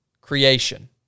creation